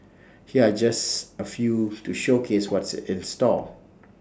here are just A few to showcase what's in store